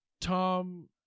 Tom